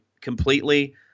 completely